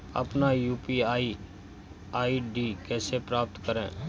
अपना UPI ID कैसे प्राप्त करें?